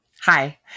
hi